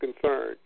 concern